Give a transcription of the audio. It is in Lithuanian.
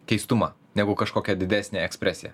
keistumą negu kažkokią didesnę ekspresiją